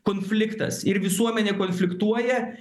konfliktas ir visuomenė konfliktuoja